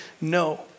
no